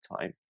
time